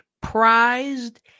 prized